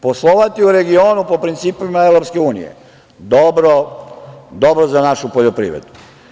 Poslovati u regionu po principima EU - dobro za našu poljoprivredu.